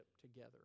together